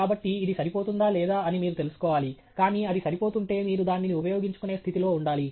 కాబట్టి ఇది సరిపోతుందా లేదా అని మీరు తెలుసుకోవాలి కానీ అది సరిపోతుంటే మీరు దానిని ఉపయోగించుకునే స్థితిలో ఉండాలి